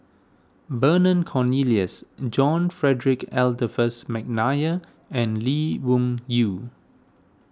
Vernon Cornelius John Frederick Adolphus McNair and Lee Wung Yew